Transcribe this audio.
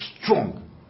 strong